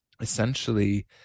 essentially